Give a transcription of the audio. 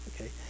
okay